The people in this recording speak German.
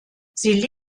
sie